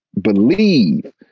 believe